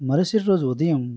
మరుసటి రోజు ఉదయం